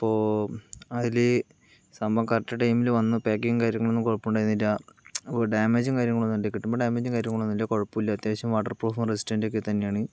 അപ്പോൾ അതില് സംഭവം കറക്റ്റ് ടൈമിൽ വന്ന് പാക്കിങ് കാര്യങ്ങളൊന്നും കുഴപ്പമുണ്ടായിരുന്നില്ല ഒരു ഡാമേജും കാര്യങ്ങളൊന്നും എൻ്റെ കിട്ടുമ്പോൾ ഡാമേജും കാര്യങ്ങളൊന്നുമില്ല കുഴപ്പമില്ല അത്യാവശ്യം വാട്ടർ പ്രൂഫ് റെസിസ്റ്റൻറ്റ് ഒക്കെ തന്നെയാണ്